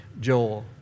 Joel